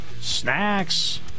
snacks